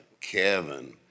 Kevin